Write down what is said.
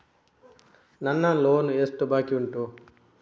ನನ್ನ ಲೋನ್ ಎಷ್ಟು ಬಾಕಿ ಉಂಟು?